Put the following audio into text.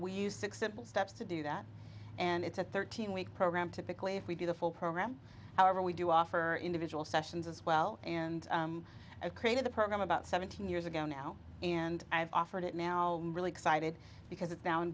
steps to do that and it's a thirteen week program typically if we do the full program however we do offer individual sessions as well and created the program about seventeen years ago now and i've offered it now really excited because it's now